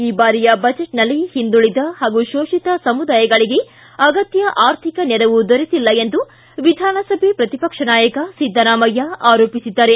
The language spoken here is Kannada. ಈ ಬಾರಿಯ ಬಜೆಟ್ನಲ್ಲಿ ಹಿಂದುಳಿದ ಹಾಗೂ ಶೋಷಿತ ಸಮುದಾಯಗಳಿಗೆ ಅಗತ್ತ ಆರ್ಥಿಕ ನೆರವು ದೊರೆತಿಲ್ಲ ಎಂದು ವಿಧಾನಸಭೆ ವಿರೋಧ ಪಕ್ಷದ ನಾಯಕ ಸಿದ್ದರಾಮಯ್ಯ ಆರೋಪಿಸಿದ್ದಾರೆ